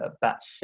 batch